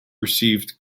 received